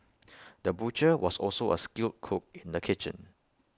the butcher was also A skilled cook in the kitchen